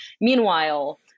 Meanwhile